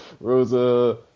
Rosa